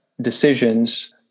decisions